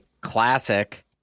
classic